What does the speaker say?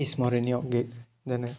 স্মৰণীয় গীত যেনে